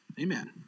Amen